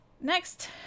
Next